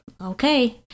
okay